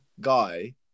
guy